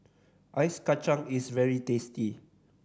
Ice Kachang is very tasty